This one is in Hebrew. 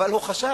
אבל הוא חשב: